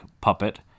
puppet